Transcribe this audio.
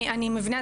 אני מבינה,